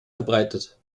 verbreitet